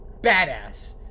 badass